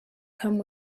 come